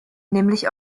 nämlich